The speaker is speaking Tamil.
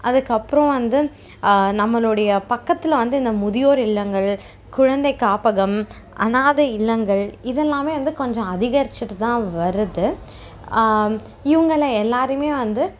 அதுக்கப்புறோம் வந்து நம்மளுடைய பக்கத்தில் வந்து இந்த முதியோர் இல்லங்கள் குழந்தை காப்பகம் அநாதை இல்லங்கள் இதெல்லாம் வந்து கொஞ்சம் அதிகரிச்சிகிட்டு தான் வருது இவங்கள் எல்லாரையும் வந்து